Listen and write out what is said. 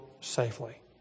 safely